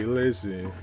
listen